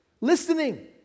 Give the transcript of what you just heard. Listening